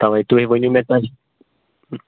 تَوَے تُہۍ ؤنِو مےٚ تۄہہِ